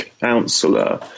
counselor